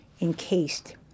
encased